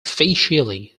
officially